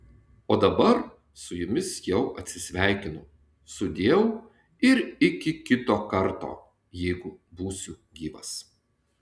o dabar su jumis jau atsisveikinu sudieu ir iki kito karto jeigu būsiu gyvas